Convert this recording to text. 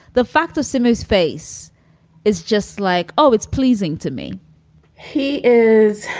the fact of simos face is just like, oh, it's pleasing to me he is